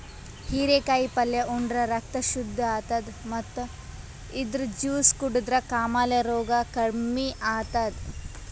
ಹಿರೇಕಾಯಿ ಪಲ್ಯ ಉಂಡ್ರ ರಕ್ತ್ ಶುದ್ದ್ ಆತದ್ ಮತ್ತ್ ಇದ್ರ್ ಜ್ಯೂಸ್ ಕುಡದ್ರ್ ಕಾಮಾಲೆ ರೋಗ್ ಕಮ್ಮಿ ಆತದ್